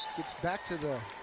it's back to the